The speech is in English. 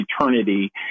eternity